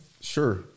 Sure